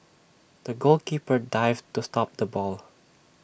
the goalkeeper dived to stop the ball